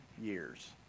years